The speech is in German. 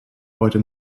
heute